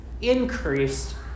increased